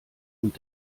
und